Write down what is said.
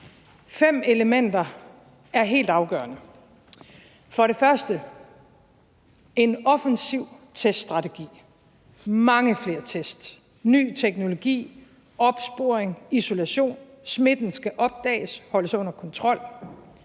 Fem elementer er helt afgørende. For det første, en offensiv teststrategi: mange flere test, ny teknologi, opsporing, isolation, smitten skal opdages og holdes under kontrol.